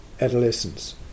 adolescence